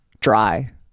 Dry